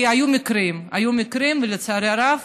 כי היו מקרים, לצערי הרב,